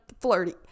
flirty